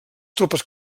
tropes